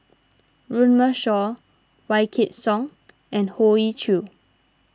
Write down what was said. Runme Shaw Wykidd Song and Hoey Choo